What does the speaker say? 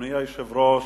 אדוני היושב-ראש,